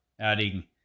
adding